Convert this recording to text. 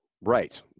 Right